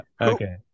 Okay